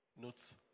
notes